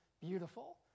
beautiful